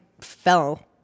fell